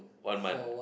one month